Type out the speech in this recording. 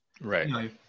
Right